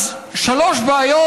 אז שלוש בעיות,